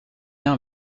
lien